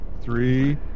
three